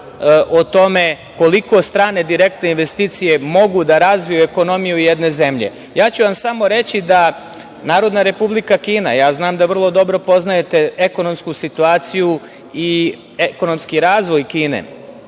o tome koliko strane direktne investicije mogu da razviju ekonomiju jedne zemlje. Reći ću vam samo da Narodna Republika Kina, ja znam da vrlo dobro poznajete ekonomsku situaciju i ekonomski razvoj Kine,